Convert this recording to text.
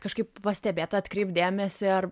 kažkaip pastebėt atkreipt dėmesį ar